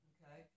Okay